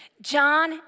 John